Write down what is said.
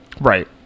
right